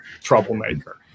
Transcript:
troublemaker